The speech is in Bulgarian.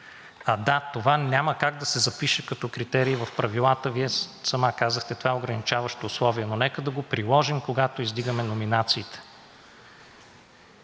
Да, това няма как да се запише като критерий в правилата, Вие сама казахте, че това е ограничаващо условие, но нека да го приложим, когато издигаме номинациите.